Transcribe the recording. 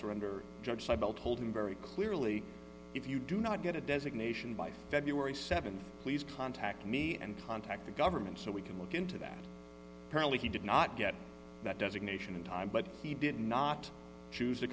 surrender judge cybill told him very clearly if you do not get a designation by february th please contact me and contact the government so we can look into that apparently he did not get that designation in time but he did not choose